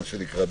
מה שנקרא,